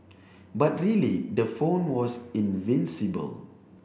but really the phone was invincible